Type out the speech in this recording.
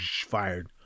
fired